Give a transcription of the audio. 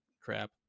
crap